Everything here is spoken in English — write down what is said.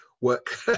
work